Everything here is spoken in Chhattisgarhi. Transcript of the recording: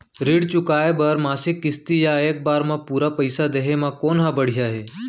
ऋण चुकोय बर मासिक किस्ती या एक बार म पूरा पइसा देहे म कोन ह बढ़िया हे?